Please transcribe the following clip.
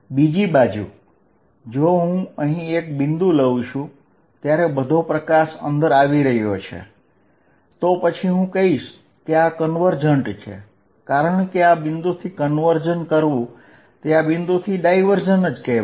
બીજી બાજુ જો હું અહીં એક બિંદુ લઉ છું ત્યારે બધો પ્રકાશ અંદર આવી રહ્યો છે તો પછી હું કહીશ કે આ કન્વર્જન્ટ છે કારણ કે આ બિંદુથી કન્વર્ઝન કરવું તે આ બિંદુથી ડાયવર્જન્સ કહેવાય